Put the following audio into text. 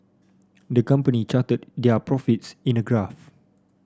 the company charted their profits in a graph